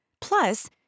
plus